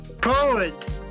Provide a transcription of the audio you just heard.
poet